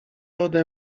ode